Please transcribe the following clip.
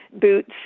boots